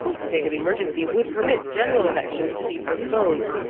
a state of emergency would permit general elections to be postponed.